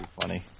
funny